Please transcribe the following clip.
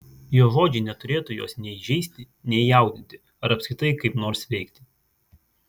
jo žodžiai neturėtų jos nei žeisti nei jaudinti ar apskritai kaip nors veikti